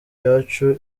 yacu